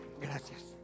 Gracias